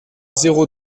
zéro